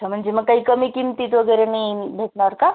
अच्छा म्हणजे मग काही कमी किमतीत वगैरे नाही भेटणार का